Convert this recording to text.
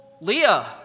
Leah